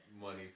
money